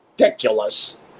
ridiculous